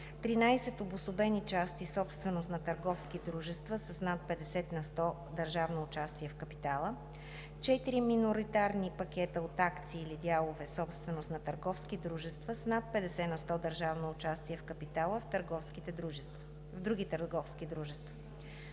13 обособени части, собственост на търговски дружества с над 50 на сто държавно участие в капитала; - 4 миноритарни пакета от акции/дялове, собственост на търговски дружества с над 50 на сто държавно участие в капитала в други търговски дружества;